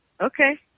Okay